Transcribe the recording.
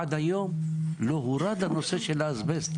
עד היום לא הורידו את הנושא של האסבסט?